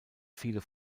viel